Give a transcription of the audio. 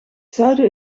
zuiden